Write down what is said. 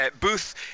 Booth